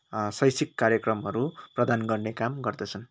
शैक्षिक कार्यक्रमहरू प्रदान गर्ने काम गर्दछन्